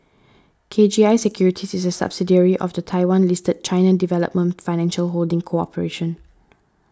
K G I Securities is a subsidiary of the Taiwan listed China Development Financial Holding Corporation